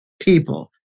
people